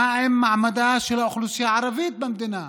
מה עם מעמדה של האוכלוסייה הערבית במדינה?